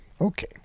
Okay